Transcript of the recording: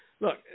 look